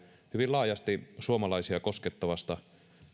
hyvin laajasti suomalaisia koskettavasta